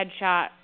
headshot